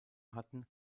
hatten